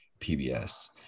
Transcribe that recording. pbs